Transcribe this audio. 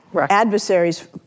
adversaries